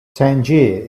tangier